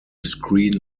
screen